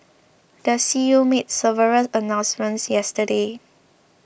the C E O made several announcements yesterday